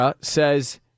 says